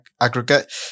aggregate